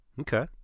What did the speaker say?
Okay